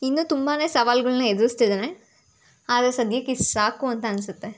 ಇನ್ನೂ ತುಂಬಾ ಸವಾಲುಗಳ್ನ ಎದುರಿಸ್ತಿದಾನೆ ಆದರೆ ಸದ್ಯಕ್ಕೆ ಇಷ್ಟ್ ಸಾಕು ಅಂತ ಅನ್ನಿಸುತ್ತೆ